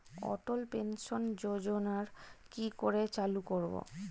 অটল pension যোজনার কি করে চালু করব?